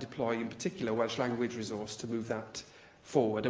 deploy, in particular, welsh language resource to move that forward,